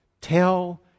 Tell